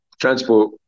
transport